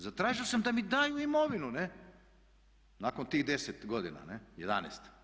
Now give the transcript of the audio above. Zatražio sam da mi daju imovinu, ne, nakon tih 10 godina, 11.